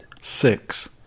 six